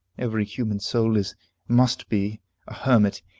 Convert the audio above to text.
every human soul is must be a hermit,